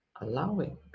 allowing